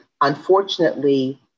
unfortunately